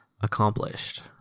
accomplished